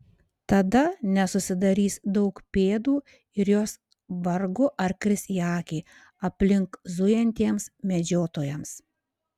tada nesusidarys daug pėdų ir jos vargu ar kris į akį aplink zujantiems medžiotojams